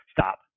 stop